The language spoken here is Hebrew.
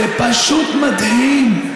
זה פשוט מדהים.